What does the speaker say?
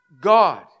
God